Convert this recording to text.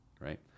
right